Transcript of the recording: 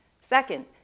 Second